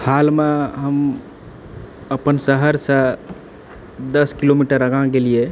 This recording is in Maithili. हालमे हम अपन शहरसँ दश किलोमीटर आगाँ गेलिऐ